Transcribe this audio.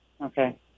Okay